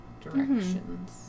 directions